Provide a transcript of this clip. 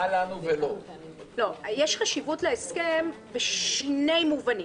יש חשיבות להסכם בשני מובנים.